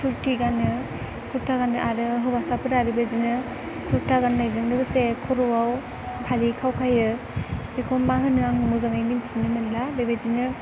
कुर्टि गानो कुर्टा गानो आरो हौवासाफोरा बेदिनो कुर्टा गाननायजों लोगोसे खर'आव फालि खावखायो बेखौ मा होनो आं मोजाङै मिथिनो मोनला बेबायदिनो